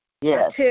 Yes